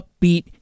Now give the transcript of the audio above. upbeat